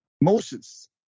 Moses